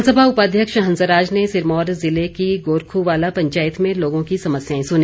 विधानसभा उपाध्यक्ष हंसराज ने सिरमौर ज़िले की गोरखुवाला पंचायत में लोगों की समस्याएं सुनी